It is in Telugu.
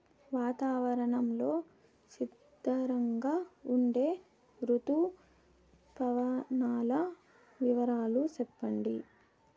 వాతావరణం లో స్థిరంగా ఉండే రుతు పవనాల వివరాలు చెప్పండి?